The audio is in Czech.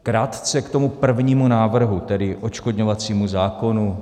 Krátce k tomu prvnímu návrhu, tedy odškodňovacímu zákonu.